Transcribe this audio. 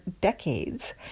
decades